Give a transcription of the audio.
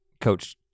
coach